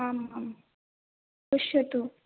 आम् आं पश्यतु